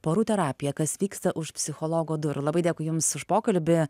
porų terapija kas vyksta už psichologo durų labai dėkui jums už pokalbį